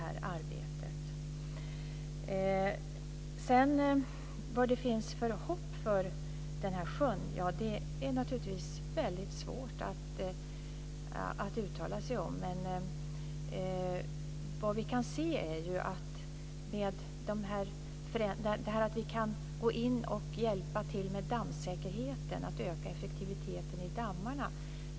Sedan till frågan om vad det finns för hopp för den här sjön. Det är naturligtvis väldigt svårt att uttala sig om det. Vad vi kan se är att vi kan hjälpa till med dammsäkerheten, att öka effektiviteten i dammarna.